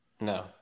No